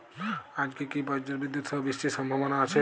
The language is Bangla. আজকে কি ব্রর্জবিদুৎ সহ বৃষ্টির সম্ভাবনা আছে?